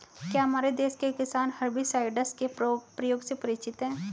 क्या हमारे देश के किसान हर्बिसाइड्स के प्रयोग से परिचित हैं?